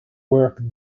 work